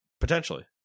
Potentially